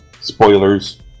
spoilers